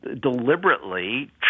deliberately